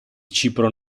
cipro